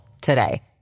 today